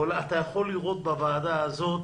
אתה יכול לראות בוועדה הזאת